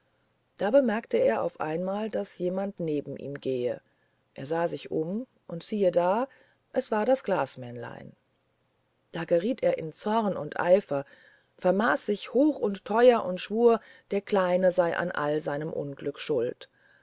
da bemerkte er auf einmal daß jemand neben ihm gehe er sah sich um und siehe da es war das glasmännlein da geriet er in zorn und eifer vermaß sich hoch und teuer und schwur der kleine sei an all seinem unglück schuld